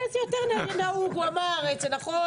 הוא אמר נכון,